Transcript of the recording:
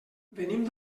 venim